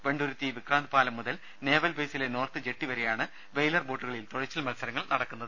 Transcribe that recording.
വെണ്ടു രുത്തി വിക്രാന്ത്പാലം മുതൽ നേവൽ ബേസിലെ നോർത്ത് ജെട്ടിവ രെയാണ് വെയ്ലർ ബോട്ടുകളിൽ തുഴച്ചിൽ മത്സരങ്ങൾ നടക്കുക